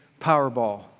Powerball